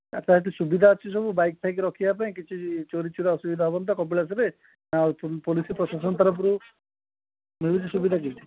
ଆଚ୍ଛା ସେଠି ସୁବିଧା ଅଛି ସବୁ ବାଇକ୍ ଫାଇକ୍ ରଖିବା ପାଇଁ କିଛି ଚୋରି ଚୁରା ଅସୁବିଧା ହେବନି ତ କପିଳାସରେ ଆଉ ପୋଲିସ୍ ପ୍ରଶାସନ ତରଫରୁ ମିଳୁଛି ସୁବିଧା କି